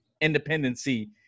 independency